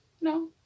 no